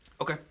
Okay